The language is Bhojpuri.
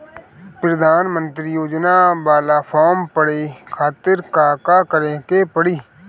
प्रधानमंत्री योजना बाला फर्म बड़े खाति का का करे के पड़ी?